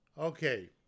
Okay